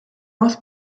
was